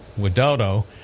Widodo